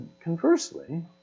Conversely